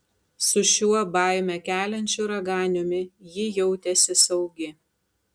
su šiuo baimę keliančiu raganiumi ji jautėsi saugi